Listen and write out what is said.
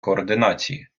координації